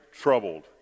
troubled